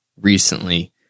recently